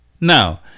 Now